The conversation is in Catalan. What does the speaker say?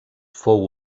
fou